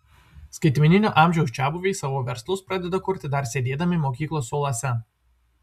skaitmeninio amžiaus čiabuviai savo verslus pradeda kurti dar sėdėdami mokyklos suoluose